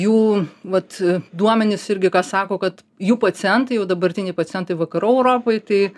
jų vat duomenys irgi ką sako kad jų pacientai jau dabartiniai pacientai vakarų europoj tai